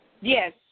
Yes